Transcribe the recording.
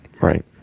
Right